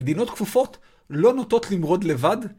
דינות כפופות לא נוטות למרוד לבד?